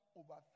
over